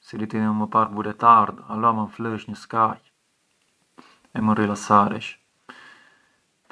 u Sud Italia, pran të ngrënit mesikan ngë kam e pruvartur kurrë, di se